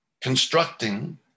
constructing